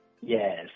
Yes